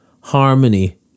harmony